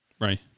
Right